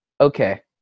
Okay